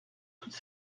toute